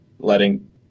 Letting